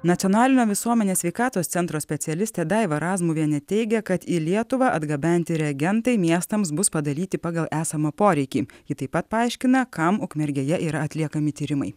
nacionalinio visuomenės sveikatos centro specialistė daiva razmuvienė teigia kad į lietuvą atgabenti reagentai miestams bus padalyti pagal esamą poreikį ji taip pat paaiškina kam ukmergėje yra atliekami tyrimai